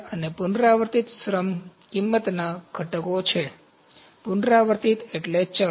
તેથી આ પુનરાવર્તિત શ્રમ કિમતના ઘટકો છે પુનરાવર્તિત એટલે ચલ